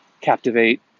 Captivate